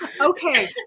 Okay